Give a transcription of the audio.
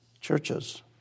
Churches